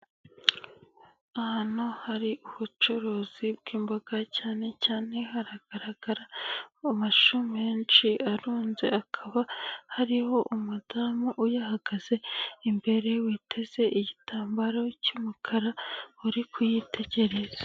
Ahantu hari ubucuruzi bw'imboga cyane cyane haragaragara amashu menshi arunze, akaba hariho umudamu uyahagaze imbere witeze igitambaro cy'umukara uri kuyitegereza.